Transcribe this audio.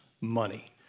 money